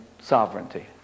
sovereignty